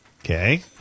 Okay